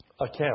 account